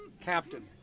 Captain